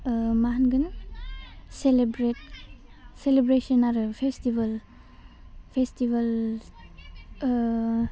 मा होनगोन celebrate celebration आरो फेस्टिभोल